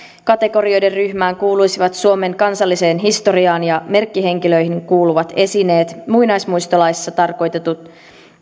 kategorioiden ryhmään kuuluisivat suomen kansalliseen historiaan ja merkkihenkilöihin kuuluvat esineet muinaismuistolaissa tarkoitetut